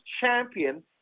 champion